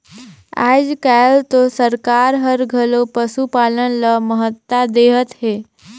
आयज कायल तो सरकार हर घलो पसुपालन ल महत्ता देहत हे